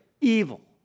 evil